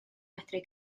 medru